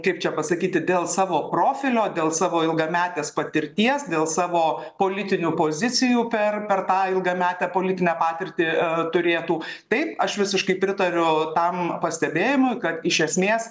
kaip čia pasakyti dėl savo profilio dėl savo ilgametės patirties dėl savo politinių pozicijų per per tą ilgametę politinę patirtį turėtų taip aš visiškai pritariau tam pastebėjimui kad iš esmės